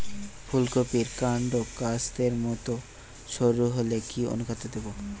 ফুলকপির কান্ড কাস্তের মত সরু হলে কি অনুখাদ্য দেবো?